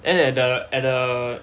and then at the at the